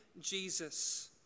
Jesus